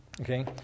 okay